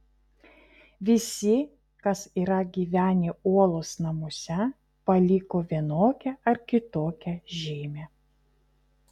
visi kas yra gyvenę uolos namuose paliko vienokią ar kitokią žymę